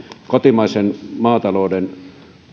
kotimaisen maatalouden